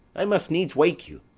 i must needs wake you.